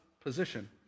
position